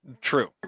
True